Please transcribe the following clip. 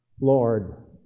Lord